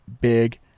big